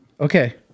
Okay